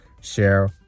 share